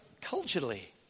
culturally